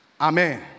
Amen